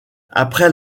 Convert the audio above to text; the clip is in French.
après